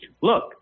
Look